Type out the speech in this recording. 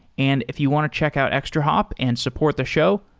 and if you want to check out extrahop and support the show,